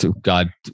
God